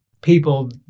people